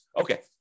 Okay